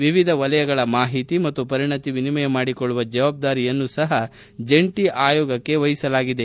ವಿವಿಧ ಕ್ಷೇತ್ರಗಳ ಮಾಹಿತಿ ಮತ್ತು ಪರಿಣತಿ ವಿನಿಮಯ ಮಾಡಿಕೊಳ್ಳುವ ಜವಾಬ್ದಾರಿಯನ್ನು ಸಪ ಜಂಟಿ ಆಯೋಗಕ್ಷೆ ವಹಿಸಲಾಗಿದೆ